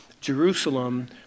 Jerusalem